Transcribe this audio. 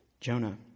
Jonah